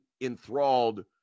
enthralled